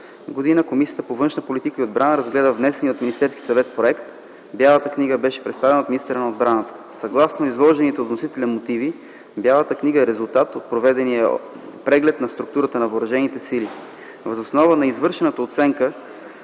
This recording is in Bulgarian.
г., Комисията по външна политика и отбрана разгледа внесения от Министерския съвет проект. Бялата книга беше представена от министъра на отбраната. Съгласно изложените от вносителя мотиви, Бялата книга е резултат от проведения преглед на структурата на въоръжените сили. Въз основа на извършената оценка